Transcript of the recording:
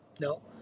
No